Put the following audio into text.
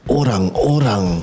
orang-orang